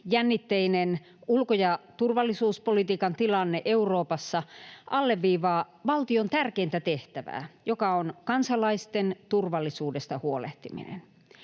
Jännitteinen ulko- ja turvallisuuspoliittinen tilanne Euroopassa alleviivaa valtion tärkeintä tehtävää, joka on kansalaisten turvallisuudesta huolehtiminen.